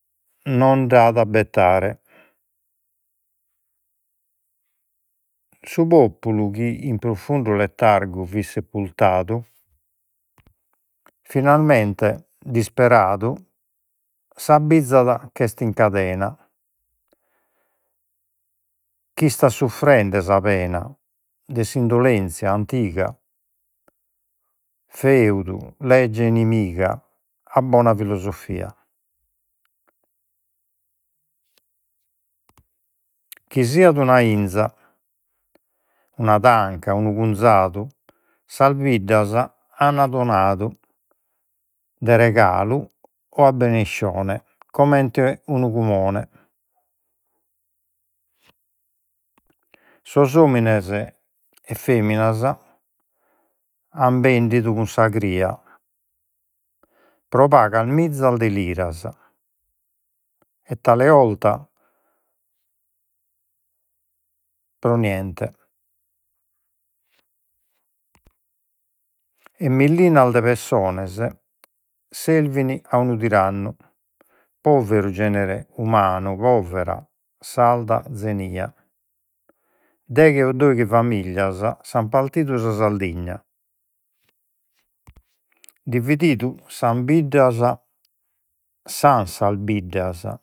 Non nd'at a bettare. Su pobulu chi in profundu letargu fit finalmente disperadu s'abbizzat ch'est in cadena, ch'istat suffrende sa pena de s'indolenzia antiga. Feudu, legge inimiga a bona filosofia. Chi siat una 'inza, una tanca, unu cunzadu, sas biddas an donadu de regalu o a beneiscione comente unu sos omines et feminas an bendidu cun sa cria. Pro pagas mizzas de liras, et tale 'olta pro niente, e millinas de persones servin a unu tirannu. Poveru genere umanu, Povera sarda zenia. Deghe o doighi familias s'an partidu sa Sardigna, divididu s'an sas biddas